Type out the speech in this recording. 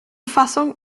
fassung